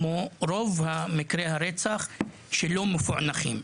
כמו רוב מקרי הרצח שלא מפוענחים.